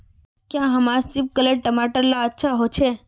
क्याँ हमार सिपकलर टमाटर ला अच्छा होछै?